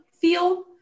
feel